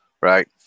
Right